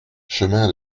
chemin